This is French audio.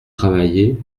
travaillé